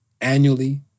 annually